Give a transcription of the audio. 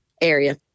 area